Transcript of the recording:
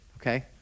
okay